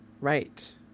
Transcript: Right